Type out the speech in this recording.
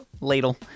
Ladle